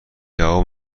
جواب